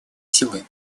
силы